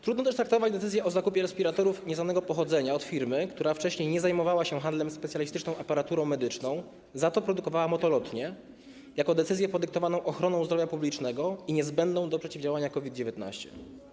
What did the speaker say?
Trudno też traktować decyzję o zakupie respiratorów nieznanego pochodzenia od firmy, która wcześniej nie zajmowała się handlem specjalistyczną aparaturą medyczną, za to produkowała motolotnie, jako decyzję podyktowaną ochroną zdrowia publicznego i niezbędną do przeciwdziałania COVID-19.